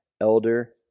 elder